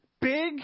Big